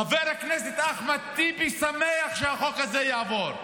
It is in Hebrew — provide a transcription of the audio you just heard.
חבר הכנסת אחמד טיבי שמח שהחוק הזה יעבור.